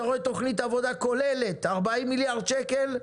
אתה רואה תוכנית עבודה כוללת 40 מיליארד שקל,